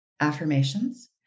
affirmations